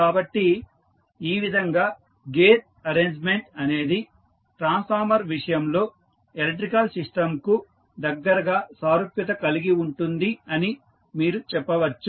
కాబట్టి ఈ విధంగా గేర్ అరేంజ్మెంట్ అనేది ట్రాన్స్ఫార్మర్ విషయంలో ఎలక్ట్రికల్ సిస్టంకు దగ్గరగా సారూప్యత కలిగి ఉంటుంది అని మీరు చెప్పవచ్చు